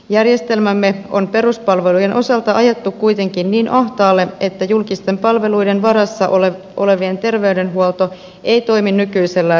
järjestelmämme on peruspalvelujen osalta ajettu kuitenkin niin ahtaalle että julkisten palveluiden varassa olevien terveydenhuolto ei toimi nykyisellään riittävän hyvin